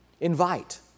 Invite